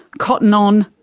cotton on,